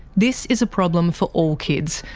this is a problem for all kids,